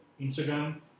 Instagram